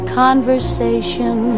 conversation